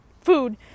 food